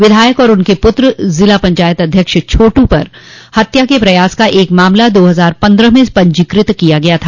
विधायक और उनके पुत्र जिला पंचायत अध्यक्ष छोटू पर हत्या के प्रयास का एक मामला दो हज़ार पन्द्रह में पंजीकृत किया गया था